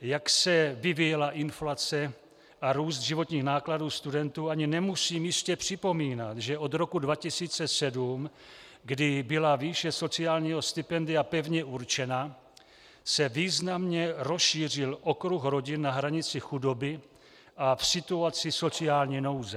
jak se vyvíjela inflace a růst životních nákladů studentů, ani nemusím jistě připomínat, že od roku 2007, kdy byla výše sociálního stipendia pevně určena, se významně rozšířil okruh rodin na hranici chudoby a v situaci sociální nouze.